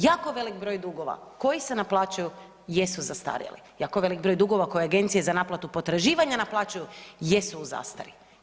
Jako velik broj dugova koji se naplaćuju jesu zastarjeli, jako velik broj dugova koje Agencije za naplatu potraživanja naplaćuju jesu u zastari.